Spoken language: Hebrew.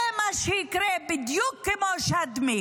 זה מה שיקרה, בדיוק כמו שדמי.